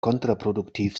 kontraproduktiv